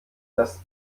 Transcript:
dass